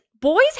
boys